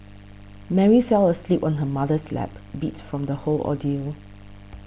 Mary fell asleep on her mother's lap beat from the whole ordeal